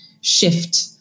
shift